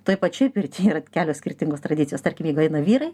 toj pačioj pirty yra kelios skirtingos tradicijos tarkim jeigu eina vyrai